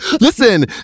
listen